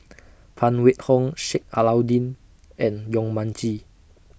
Phan Wait Hong Sheik Alau'ddin and Yong Mun Chee